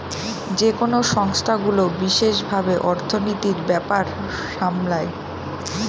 যেকোনো সংস্থাগুলো বিশেষ ভাবে অর্থনীতির ব্যাপার সামলায়